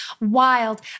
wild